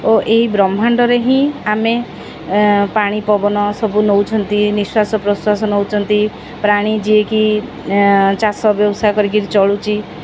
ଓ ଏହି ବ୍ରହ୍ମାଣ୍ଡରେ ହିଁ ଆମେ ପାଣି ପବନ ସବୁ ନେଉଛନ୍ତି ନିଶ୍ଵାସ ପ୍ରଶ୍ୱାସ ନେଉଛନ୍ତି ପ୍ରାଣୀ ଯିଏକି ଚାଷ ବ୍ୟବସାୟ କରିକରି ଚଳୁଛି